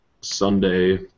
Sunday